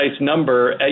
number